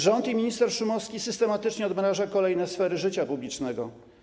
Rząd i minister Szumowski systematycznie odmrażają kolejne sfery życia publicznego.